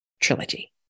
trilogy